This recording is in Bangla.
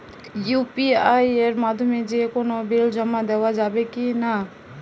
ইউ.পি.আই এর মাধ্যমে যে কোনো বিল জমা দেওয়া যাবে কি না?